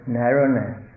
narrowness